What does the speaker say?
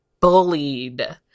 bullied